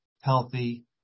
healthy